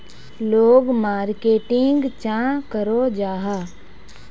लोग मार्केटिंग चाँ करो जाहा?